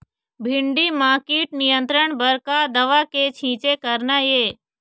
भिंडी म कीट नियंत्रण बर का दवा के छींचे करना ये?